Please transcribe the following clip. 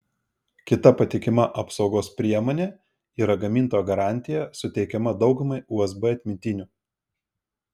kita patikima apsaugos priemonė yra gamintojo garantija suteikiama daugumai usb atmintinių